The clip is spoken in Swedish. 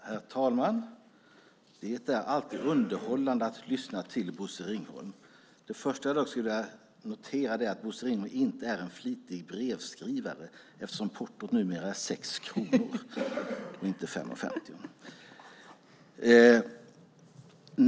Herr talman! Det är alltid underhållande att lyssna till Bosse Ringholm. Det första jag noterar är att Bosse Ringholm inte är en flitig brevskrivare. Portot är numera 6 kronor, inte 5:50.